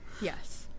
Yes